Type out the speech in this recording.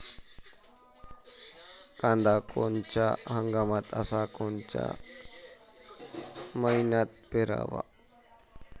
कांद्या कोनच्या हंगामात अस कोनच्या मईन्यात पेरावं?